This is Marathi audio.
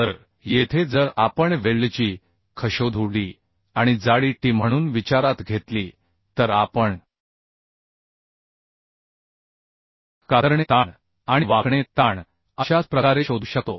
तर येथे जर आपण वेल्डची खोली डी आणि जाडी टी म्हणून विचारात घेतली तर आपण शिअर स्ट्रेस आणि बेन्डीग स्ट्रेस अशाच प्रकारे शोधू शकतो